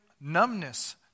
numbness